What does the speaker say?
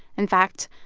in fact,